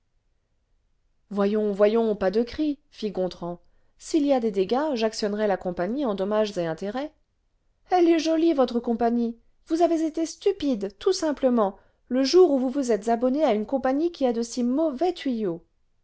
voyons voyons pas de cris fit gontran s'il y a des dégâts j'actionnerai la compagnie en dommages et intérêts eue est jobe votre compagnie vous avez été stupide tout simplement le jour où vous vous êtes abonné à une compagnie qui a de si mauvais tuyaux